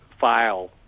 file